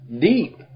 deep